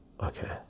okay